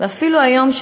ואפילו היום,